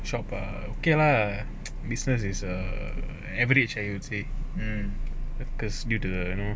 shop err okay lah business is a average I would say because due to you know